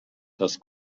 das